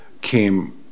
came